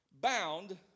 Bound